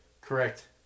Correct